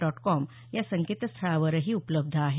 dot com या संकेतस्थळावरही उपलब्ध आहे